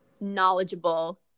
knowledgeable